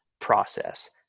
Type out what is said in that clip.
process